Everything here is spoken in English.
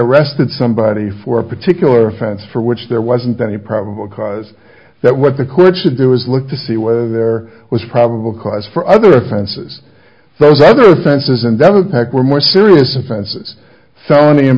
arrested somebody for a particular offense for which there wasn't any probable cause that what the court should do is look to see whether there was probable cause for other offenses those other senses and that would pack were more serious offenses felony